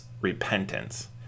repentance